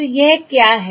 तो यह क्या है